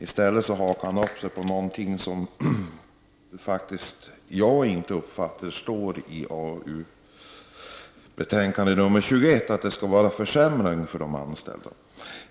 I stället hakade han upp sig på någonting som jag faktiskt inte uppfattar står i arbetsmarknadsutskottets betänkande 21, att det skulle bli en försämring för de anställda.